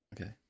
okay